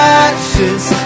ashes